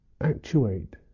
actuate